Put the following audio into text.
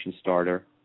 starter